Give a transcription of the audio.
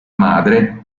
madre